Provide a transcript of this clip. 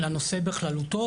לנושא בכללותו,